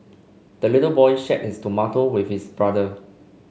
the little boy shared his tomato with his brother